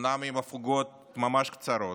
אומנם עם הפוגות ממש קצרות,